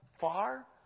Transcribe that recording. far